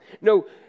No